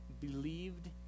believed